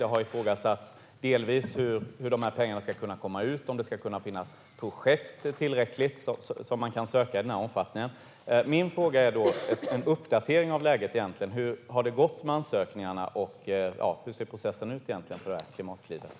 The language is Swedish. Det har ifrågasatts hur pengarna ska kunna komma ut och om det kommer att finnas tillräckligt med projekt så att man kan söka i den omfattningen. Min fråga handlar om en uppdatering av läget: Hur har det gått med ansökningarna, och hur ser processen för Klimatklivet ut?